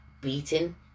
beaten